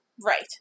Right